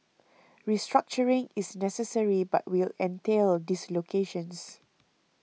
restructuring is necessary but will entail dislocations